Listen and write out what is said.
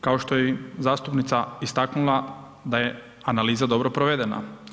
Kao što i zastupnica istaknula da je analiza dobro provedena.